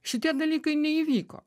šitie dalykai neįvyko